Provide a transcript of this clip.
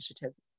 initiatives